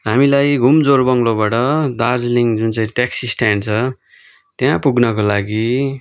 हामीलाई घुम जोरबङ्लोबाट दार्जिलिङ जुन चाहिँ ट्याक्सी स्ट्यान्ड छ त्यहाँ पुग्नका लागि